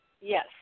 yes